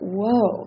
whoa